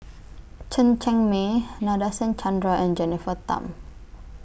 Chen Cheng Mei Nadasen Chandra and Jennifer Tham